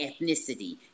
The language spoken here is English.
ethnicity